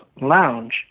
lounge